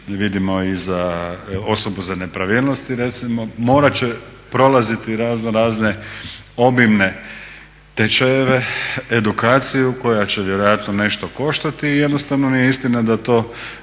vidimo i za osobu za nepravilnosti recimo. Morat će prolaziti raznorazne obimne tečajeve, edukaciju koja će vjerojatno nešto koštati i jednostavno nije istina da to